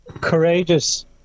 courageous